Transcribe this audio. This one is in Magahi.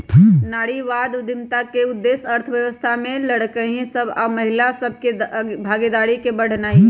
नारीवाद उद्यमिता के उद्देश्य अर्थव्यवस्था में लइरकि सभ आऽ महिला सभ के भागीदारी के बढ़ेनाइ हइ